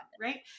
Right